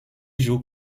joue